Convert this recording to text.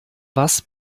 was